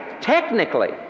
Technically